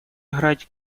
играть